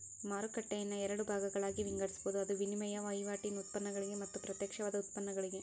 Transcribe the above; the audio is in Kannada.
ಮಾರುಕಟ್ಟೆಯನ್ನ ಎರಡ ಭಾಗಾಗಿ ವಿಂಗಡಿಸ್ಬೊದ್, ಅದು ವಿನಿಮಯ ವಹಿವಾಟಿನ್ ಉತ್ಪನ್ನಗಳಿಗೆ ಮತ್ತ ಪ್ರತ್ಯಕ್ಷವಾದ ಉತ್ಪನ್ನಗಳಿಗೆ